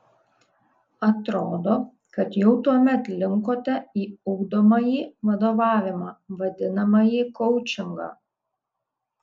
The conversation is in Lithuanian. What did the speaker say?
atrodo kad jau tuomet linkote į ugdomąjį vadovavimą vadinamąjį koučingą